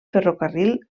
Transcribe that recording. ferrocarril